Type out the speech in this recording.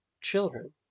children